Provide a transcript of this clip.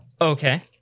okay